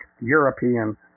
European